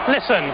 Listen